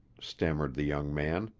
stammered the young man,